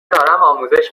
آموزش